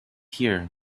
here